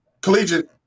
collegiate